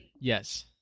Yes